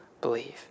believe